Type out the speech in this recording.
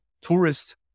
tourist